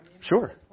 sure